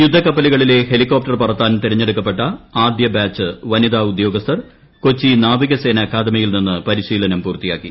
യുദ്ധക്കപ്പലുകളിലെ helicopter പറത്താൻ തിരഞ്ഞെടുക്കപ്പെട്ട ആദ്യ ബാച്ച് വനിത ഉദ്യോഗസ്ഥർ കൊച്ചി നാവിക സേന അക്കാദമിയിൽ നിന്ന് പരിശീലനം പൂർത്തിയാക്കി